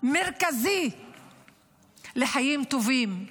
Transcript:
מרכזי לחיים טובים,